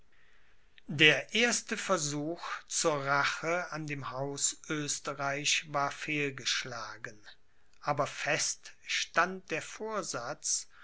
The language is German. der erste versuch zur rache an dem haus oesterreich war fehlgeschlagen aber fest stand der vorsatz